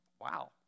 wow